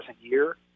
year